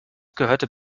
gehört